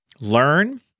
learn